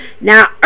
Now